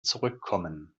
zurückkommen